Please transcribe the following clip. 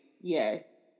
Yes